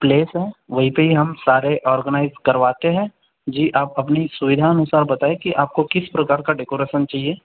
place है वहीं पे ही हम सारे ऑर्गनाइज करवाते है जी आप अपनी सुविधा अनुसार बताएं कि आपको किस प्रकार का डेकोरैसन चाहिए